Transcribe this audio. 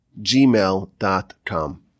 gmail.com